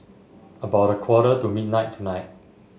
about a quarter to midnight tonight